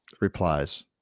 replies